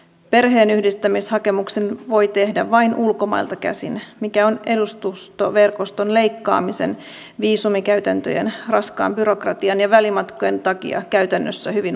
perheenyhdistämishakemuksen voi tehdä vain ulkomailta käsin mikä on edustustoverkoston leikkaamisen viisumikäytäntöjen raskaan byrokratian ja välimatkojen takia käytännössä hyvin vaikeaa